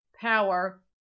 power